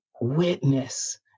witness